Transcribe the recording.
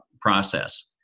process